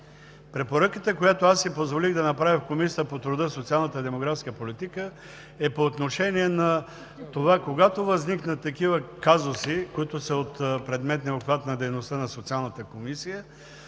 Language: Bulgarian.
Препоръката, която аз си позволих да направя в Комисията по труда, социалната и демографската политика, е по отношение на това, когато възникнат такива казуси, които са от предметния обхват на дейността на Социалната комисия,